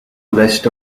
list